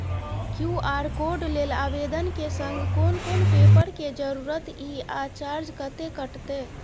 QR code लेल आवेदन के संग कोन कोन पेपर के जरूरत इ आ चार्ज कत्ते कटते?